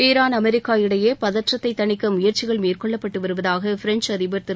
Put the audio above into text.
Iran America இடையே பதற்றத்தைத் தணிக்க முயற்சிகள் மேற்கொள்ளப்பட்டு வருவதாக பிரெஞ்ச் அதிபர் திரு